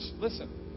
listen